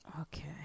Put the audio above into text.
Okay